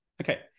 Okay